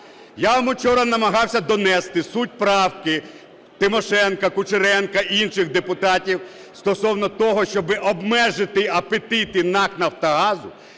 Я вам учора намагався донести суть правки Тимошенко, Кучеренко і інших депутатів стосовно того, щоб обмежити апетити НАК "Нафтогазу"